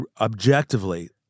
Objectively